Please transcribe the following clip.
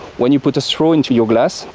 when you put a straw into your glass,